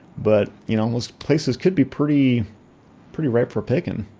but you know most places could be pretty pretty ripe for picking.